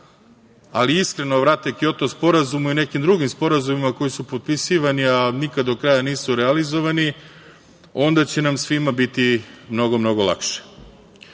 iskreno vrate Kjoto sporazumu i nekim drugim sporazumima koji su potpisivani, a nikad do kraja nisu realizovani, onda će nam svima biti mnogo lakše. Moramo